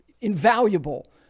invaluable